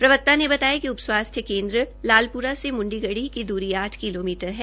प्रवक्ता ने बताया कि उप स्वास्थ्य केन्द्र लालप्रा मुंडीगढी की द्री आठ किलोमीटर है